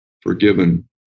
forgiven